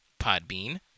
Podbean